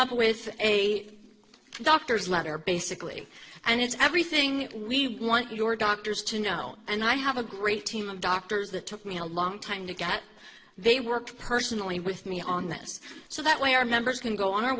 with a doctor's letter basically and it's everything we want your doctors to know and i have a great team of doctors that took me a long time to get they worked personally with me on this so that way our members can go on